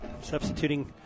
substituting